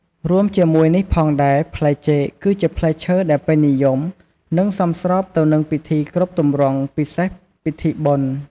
រួមជាមួយនេះផងដែរផ្លែចេក គឺជាផ្លែឈើដែលពេញនិយមនិងសមស្របទៅនឹងពិធីគ្រប់ទម្រង់ពិសេសពិធីបុណ្យ។